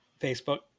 Facebook